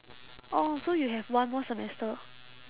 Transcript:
oh so you have one more semester